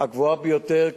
הגבוהה ביותר,